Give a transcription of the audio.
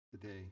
today